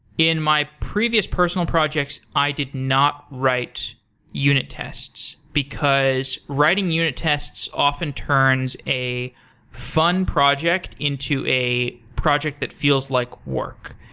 in my previous personal projects, i did not write unit tests, because writing unit tests often turns a fun project into a project that feels like work.